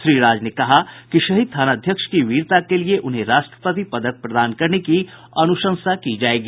श्री राज ने कहा कि शहीद थानाध्यक्ष की वीरता के लिए उन्हें राष्ट्रपति पदक प्रदान करने की अनुसंशा भी की जायेगी